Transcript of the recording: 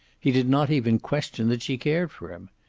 he did not even question that she cared for him.